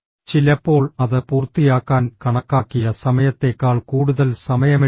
ചിലപ്പോൾ അത് പൂർത്തിയാക്കാൻ കണക്കാക്കിയ സമയത്തേക്കാൾ കൂടുതൽ സമയമെടുക്കും